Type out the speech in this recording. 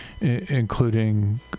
including